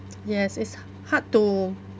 yes it's hard to